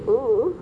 oo